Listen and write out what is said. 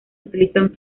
utilizan